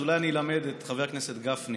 אז אולי אני אלמד את חבר הכנסת גפני